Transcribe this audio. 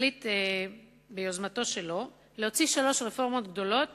החליט ביוזמתו שלו להוציא שלוש רפורמות גדולות